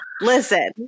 listen